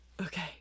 Okay